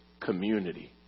community